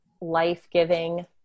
life-giving